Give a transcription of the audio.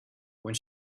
when